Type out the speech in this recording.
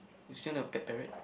you sure or not a pet parrot